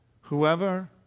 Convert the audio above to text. Whoever